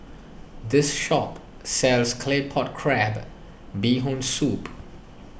this shop sells Claypot Crab Bee Hoon Soup